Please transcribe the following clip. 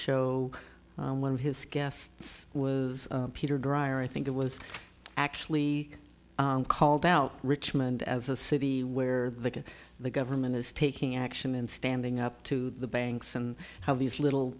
show one of his guests was peter dreier i think it was actually called out richmond as a city where the get the government is taking action and standing up to the banks and how these little